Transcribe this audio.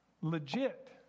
Legit